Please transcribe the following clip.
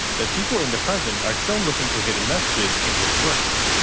that people in the present are still looking for hidden messages in his works.